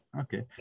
Okay